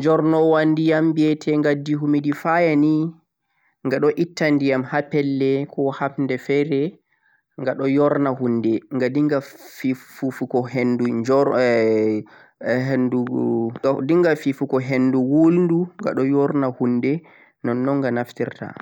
jornowan diyam be teggaddi humudi fire nei ghadon ittan diyam haa felle ko hafde fere ghadon yorna hunde ghadingha fuufuko henduu wulduu ghadon yorna hunde non-non gha naftirta